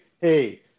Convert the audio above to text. hey